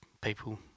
people